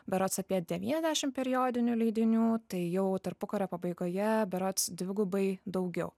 berods apie devyniasdešim periodinių leidinių tai jau tarpukario pabaigoje berods dvigubai daugiau